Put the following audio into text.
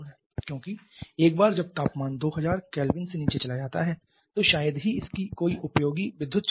क्योंकि एक बार जब तापमान 2000 K से नीचे चला जाता है तो शायद ही इसकी कोई उपयोगी विद्युत चालकता हो